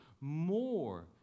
more